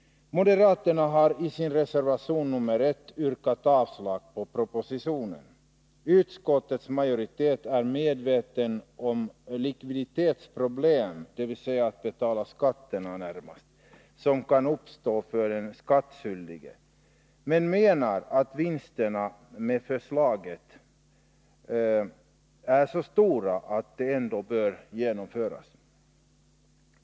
Moderaterna har i sin reservation nr 1 yrkat avslag på propositionen. Utskottets majoritet är medveten om de likviditetsproblem i fråga om att betala skatterna som kan uppstå för den skattskyldige men menar att vinsterna med förslaget är så stora att det ändå bör genomföras.